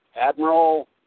Admiral